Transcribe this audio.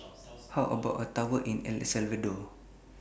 How about A Tour in El Salvador